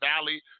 valley